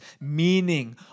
meaning